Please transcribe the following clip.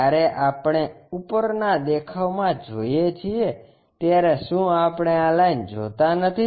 જ્યારે આપણે ઉપરનાં દેખાવમાં જોઈએ છીએ ત્યારે શું આપણે આ લાઈન જોતા નથી